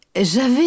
j'avais